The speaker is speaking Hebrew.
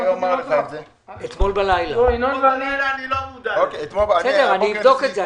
אני אבדוק את זה.